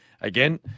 again